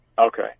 Okay